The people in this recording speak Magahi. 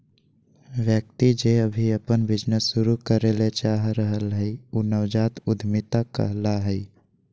व्यक्ति जे अभी अपन बिजनेस शुरू करे ले चाह रहलय हें उ नवजात उद्यमिता कहला हय